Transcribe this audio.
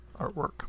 artwork